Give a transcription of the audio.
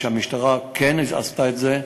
שהמשטרה כן עשתה את זה,